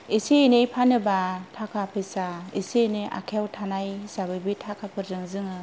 एसे एनै फानोब्ला थाखा फैसा एसे एनै आखायाव थानाय हिसाबैबो बे थाखाफोरजों जोङो